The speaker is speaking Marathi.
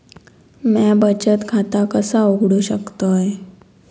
म्या बचत खाता कसा उघडू शकतय?